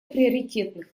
приоритетных